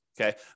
Okay